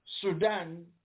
Sudan